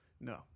no